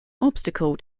obstacle